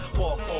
walk